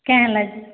କାଏଁ ହେଲା ଯେ